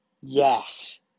Yes